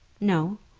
no!